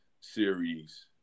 series